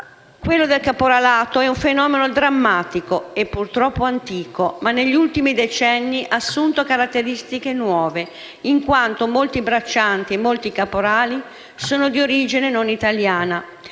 Quello del caporalato è un fenomeno drammatico e purtroppo antico, ma negli ultimi decenni ha assunto caratteristiche nuove, in quanto molti braccianti e molti caporali sono di origine non italiana.